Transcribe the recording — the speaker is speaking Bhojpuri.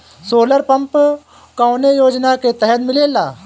सोलर पम्प कौने योजना के तहत मिलेला?